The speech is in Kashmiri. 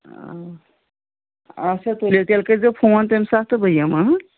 اچھا تُلِو تیٚلہِ کٔرۍ زیو فون ت مہِ ساتہٕ تہٕ بہٕ یِمہٕ ہَہ